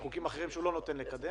הזמן לא עומד מלכת,